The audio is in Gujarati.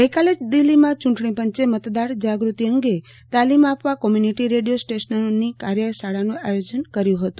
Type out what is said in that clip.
ગઈકાલે દિલ્હીમાં ચૂંટણી પંચે મતદાર જાગૃતિ અંગે તાલીમ આપવા કોમ્યુનિટી રેડિયો સ્ટેશનોની કાર્યશાળાનું આયોજન કર્યું હતું